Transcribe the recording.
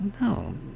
no